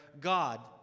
God